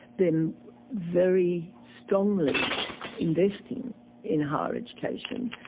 them very strongly investing in higher education,